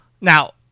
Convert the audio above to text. Now